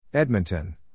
Edmonton